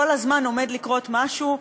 כל הזמן עומד לקרות משהו,